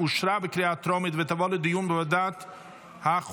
אושרה בקריאה טרומית ותעבור לדיון בוועדת החוקה,